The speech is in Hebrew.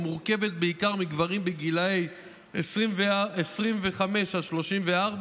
המורכבת בעיקר מגברים בגילי 25 34,